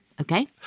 Okay